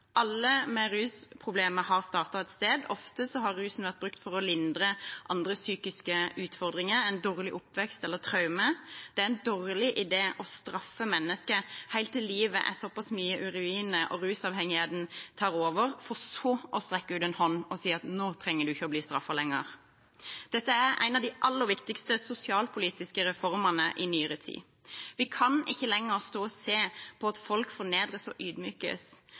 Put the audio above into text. Alle med rusproblemer har startet et sted. Ofte har rusen blitt brukt for å lindre andre psykiske utfordringer, en dårlig oppvekst eller traumer. Det er en dårlig idé å straffe mennesker helt til livet er såpass mye i ruiner og rusavhengigheten tar over, for så å strekke ut en hånd og si at nå trenger du ikke å bli straffet lenger. Dette er en av de aller viktigste sosialpolitiske reformene i nyere tid. Vi kan ikke lenger stå og se på at folk fornedres og